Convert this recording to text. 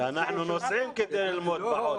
ואנחנו נוסעים כדי ללמוד בחוץ,